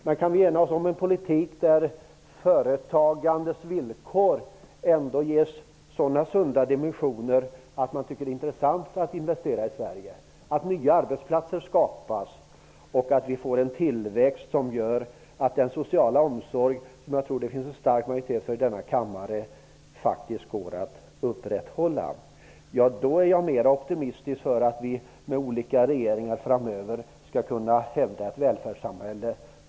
Men om vi kan ena oss om en politik där företagandets villkor ändå ges sådana sunda dimensioner att det blir intressant att investera i Sverige, att nya arbetsplatser skapas och att vi får en tillväxt som gör att den sociala omsorgen, som jag tror att det finns en stark majoritet för i denna kammare, faktiskt går att upprätthålla -- ja, då ställer jag mig mer optimistisk till att vi med olika regeringar framöver skall kunna hävda ett välfärdssamhälle.